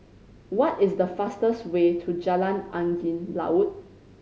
what is the fastest way to Jalan Angin Laut